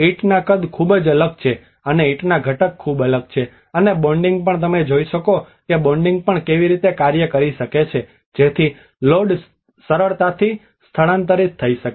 ઇંટના કદ ખૂબ જ અલગ હતા અને ઇંટના ઘટક ખૂબ જ અલગ છે અને બોન્ડિંગ પણ તમે જોઈ શકો છો કે બોન્ડિંગ પણ કેવી રીતે કાર્ય કરી શકે છે જેથી લોડ સરળતાથી સ્થાનાંતરિત થઈ શકે